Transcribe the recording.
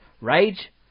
Rage